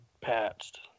patched